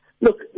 Look